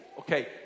Okay